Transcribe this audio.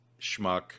schmuck